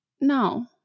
no